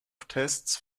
tests